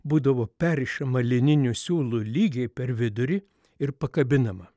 būdavo perrišima lininiu siūlu lygiai per vidurį ir pakabinama